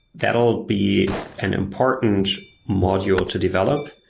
that will be an important module to develop.